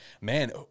man